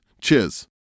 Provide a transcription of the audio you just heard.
Cheers